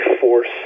force